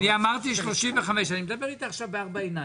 אני אמרתי 35%. אני מדבר איתה עכשיו בארבע עיניים.